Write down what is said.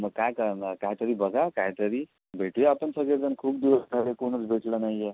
मग काय करणार काय तरी बघा काय तरी भेटूया आपण सगळे जण खूप दिवस झाले कोणच भेटलं नाही आहे